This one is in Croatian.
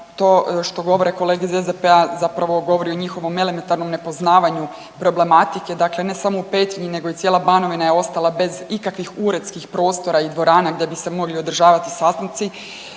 to što govore kolege iz SDP-a zapravo govore o njihovom elementarnom nepoznavanju problematike, dakle ne samo u Petrinji nego i cijela Banovina je ostala bez ikakvih uredskih prostora i dvorana da bi se mogli održavati sastanci,